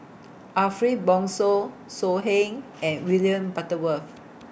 Ariff Bongso So Heng and William Butterworth